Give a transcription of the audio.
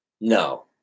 No